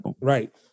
Right